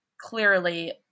clearly